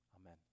amen